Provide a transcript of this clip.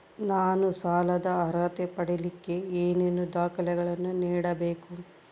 ನಾನು ಸಾಲದ ಅರ್ಹತೆ ಪಡಿಲಿಕ್ಕೆ ಏನೇನು ದಾಖಲೆಗಳನ್ನ ನೇಡಬೇಕು?